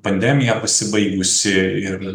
pandemija pasibaigusi ir